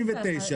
69 שקלים.